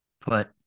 put